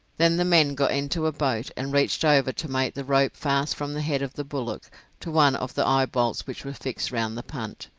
then the men got into a boat, and reached over to make the rope fast from the head of the bullock to one of the eyebolts which were fixed round the punt,